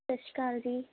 ਸਤਿ ਸ਼੍ਰੀ ਅਕਾਲ ਜੀ